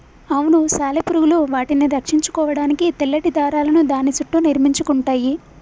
అవును సాలెపురుగులు వాటిని రక్షించుకోడానికి తెల్లటి దారాలను దాని సుట్టూ నిర్మించుకుంటయ్యి